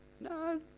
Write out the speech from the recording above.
no